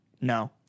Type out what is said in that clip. no